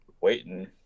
waiting